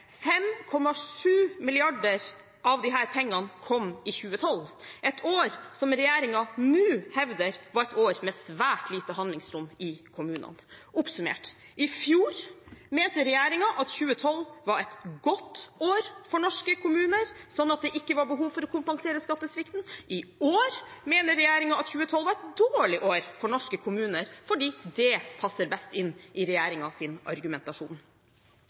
5,7 mrd. kr av disse pengene kom i 2012, et år som regjeringen nå hevder var et år med svært lite handlingsrom i kommunene. Oppsummert: I fjor mente regjeringen at 2012 var et godt år for norske kommuner, sånn at det ikke var behov for å kompensere skattesvikten. I år mener regjeringen at 2012 var et dårlig år for norske kommuner fordi det passer best inn i regjeringens argumentasjon.